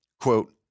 Quote